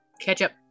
Ketchup